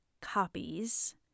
copies